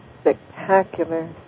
spectacular